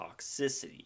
toxicity